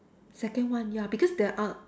second one ya because there are